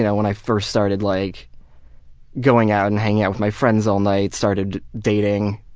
yeah when i first started like going out and hanging out with my friends all night, started dating,